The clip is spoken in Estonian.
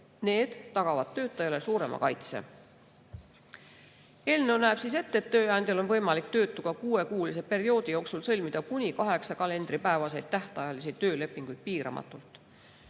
Need tagavad töötajale suurema kaitse. Eelnõu näeb ette, et tööandjal on võimalik töötuga kuuekuulise perioodi jooksul sõlmida kuni kaheksa kalendripäeva pikkuseid tähtajalisi töölepinguid piiramatult.